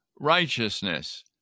righteousness